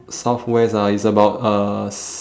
southwest ah it's about uh s~